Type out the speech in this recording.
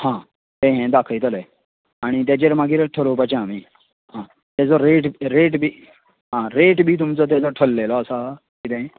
हां तें हें दाखयतले आनी तेजेर मागीर थरोवपाचें आमी आं तेजो रेट रेट बी आं रेट बी तुमचो तेजो थारलेलो आसा कितें